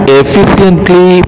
efficiently